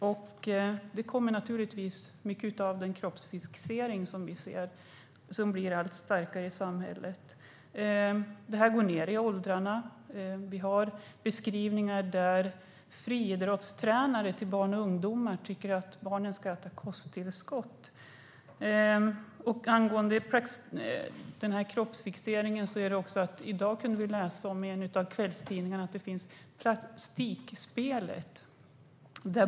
Mycket av detta kommer naturligtvis från den kroppsfixering som vi ser blir allt starkare i samhället. Det hela går ned i åldrarna. Vi ser beskrivningar av att friidrottstränare för barn och ungdomar tycker att barnen ska äta kosttillskott. Angående kroppsfixeringen kunde vi i dag läsa om ett plastikspel i en av kvällstidningarna.